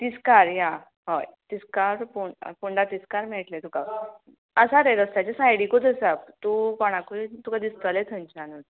तिस्कार या हय तिस्कार पोण पोंडा तिस्कार मेळट्लें तुका आसा रे रस्त्याचे सायडीकूच आसा तूं कोणाकूय तुका दिसतलें थंयचानूच